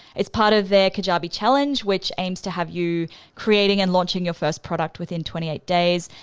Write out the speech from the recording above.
it's part of their kajabi challenge, which aims to have you creating and launching your first product within twenty eight days.